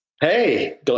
Hey